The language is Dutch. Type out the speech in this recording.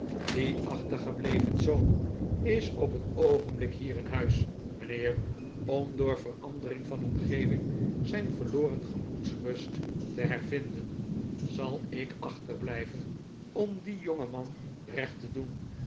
die achtergebleven zoon is op het oogenblik hier in huis mijnheer om door verandering van omgeving zijn verloren gemoedsrust te hervinden zal ik achterblijven om dien jongeman recht te doen